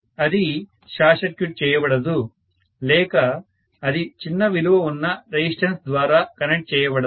అది short circuit చేయబడదు లేక అది చిన్న విలువ ఉన్న రెసిస్టెన్స్ ద్వారా కనెక్ట్ చేయబడదు